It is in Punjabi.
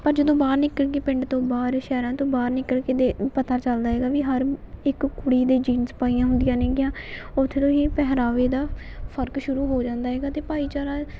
ਪਰ ਜਦੋਂ ਬਾਹਰ ਨਿਕਲ ਕੇ ਪਿੰਡ ਤੋਂ ਬਾਹਰ ਸ਼ਹਿਰਾਂ ਤੋਂ ਬਾਹਰ ਨਿਕਲ ਕੇ ਦੇ ਪਤਾ ਚੱਲਦਾ ਹੈਗਾ ਵੀ ਹਰ ਇੱਕ ਕੁੜੀ ਦੇ ਜੀਨਸ ਪਾਈਆਂ ਹੁੰਦੀਆਂ ਨੇਗੀਆਂ ਉੱਥੇ ਤੋਂ ਹੀ ਪਹਿਰਾਵੇ ਦਾ ਫਰਕ ਸ਼ੁਰੂ ਹੋ ਜਾਂਦਾ ਹੈਗਾ ਅਤੇ ਭਾਈਚਾਰਾ